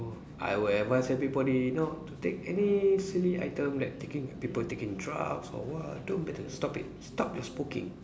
I will advice everybody not to take any silly item like taking people taking drugs or what don't better stop it stop your smoking